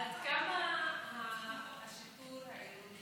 עד כמה השיטור העירוני